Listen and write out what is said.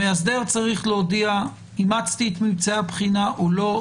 המאסדר צריך להודיע: אימצתי את ממצאי הבחינה או לא.